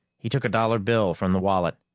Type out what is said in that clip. he took a dollar bill from the wallet.